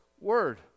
word